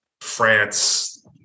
France